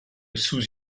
sous